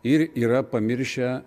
ir yra pamiršę